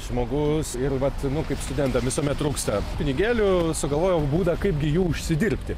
žmogus ir vat nu kaip studentam visuomet trūksta pinigėlių sugalvojau būdą kaip gi jų užsidirbti